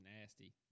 nasty